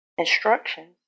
instructions